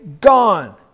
Gone